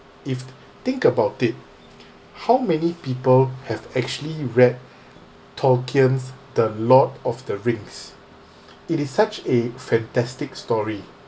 if think about it how many people have actually read tolkien's the lord of the rings it is such a fantastic story